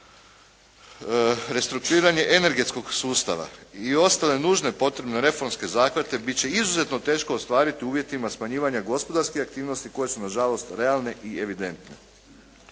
restrukturiranje energetskog sustava i ostale nužne potrebne reformske zahvate bit će izuzetno teško ostvariti u uvjetima smanjivanja gospodarskih aktivnosti koje su na žalost realne i evidentne.